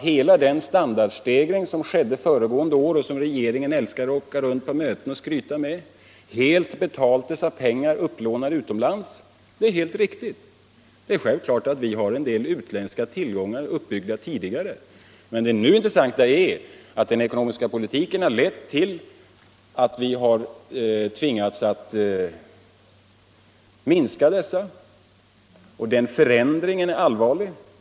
Hela den standardstegring som skedde föregående år och som regeringen älskar att åka runt på möten och skryta med betalades av pengar upplånade utomlands. Det är helt riktigt. Det är självklart att vi har en del utländska tillgångar som byggts upp tidigare. Men det som är intressant nu är att den ekonomiska politiken lett till att vi har tvingats minska dessa. Den förändringen är allvarlig.